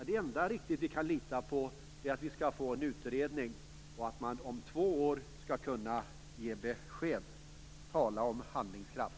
Det enda vi kan lita på är att vi skall få en utredning och att man skall kunna ge besked om två år. Tala om handlingskraft!